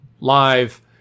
live